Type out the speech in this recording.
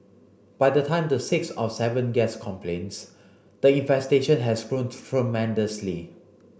by the time the sixth or seventh guest complains the infestation has grown tremendously